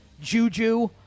Juju